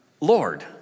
Lord